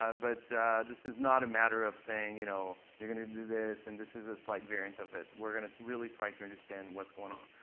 um but this is not a matter of saying you know you're going to do this. and this is a slight variant of it. we're going to really try to understand what's going on.